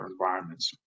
environments